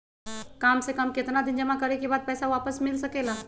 काम से कम केतना दिन जमा करें बे बाद पैसा वापस मिल सकेला?